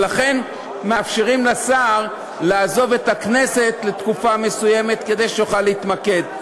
ולכן מאפשרים לשר לעזוב את הכנסת לתקופה מסוימת כדי שיוכל להתמקד.